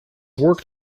worked